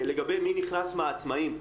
לגבי מי נכנס מהעצמאים,